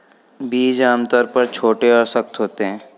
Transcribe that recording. बीज आमतौर पर छोटे और सख्त होते हैं